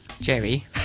Jerry